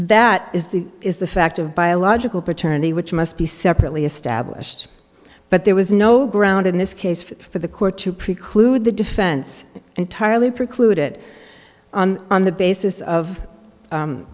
that is the is the fact of biological paternity which must be separately established but there was no ground in this case for the court to preclude the defense entirely preclude it on the basis of